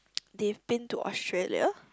they've been to Australia